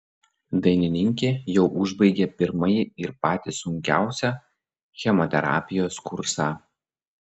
dainininkė jau užbaigė pirmąjį ir patį sunkiausią chemoterapijos kursą